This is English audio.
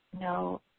No